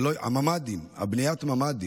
הממ"דים, בניית ממ"דים.